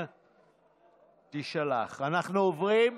אדוני היושב-ראש,